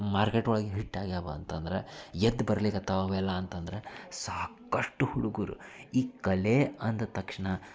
ಮಾರ್ಕೆಟೊಳಗೆ hit ಆಗ್ಯಾವೆ ಅಂತಂದರೆ ಎದ್ದು ಬರ್ಲಿಕ್ಹತ್ತಾವೆ ಅವೆಲ್ಲ ಅಂತಂದರೆ ಸಾಕಷ್ಟು ಹುಡ್ಗರು ಈ ಕಲೆ ಅಂದ ತಕ್ಷಣ